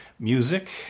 music